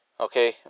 Okay